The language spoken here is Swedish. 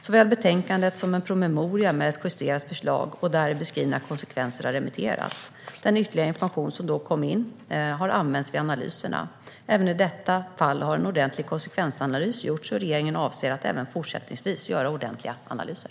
Såväl betänkandet som en promemoria med ett justerat förslag och däri beskrivna konsekvenser har remitterats. Den ytterligare information som då kom in har använts vid analyserna. Även i detta fall har en ordentlig konsekvensanalys gjorts, och regeringen avser att även fortsättningsvis göra ordentliga analyser.